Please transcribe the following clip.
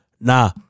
nah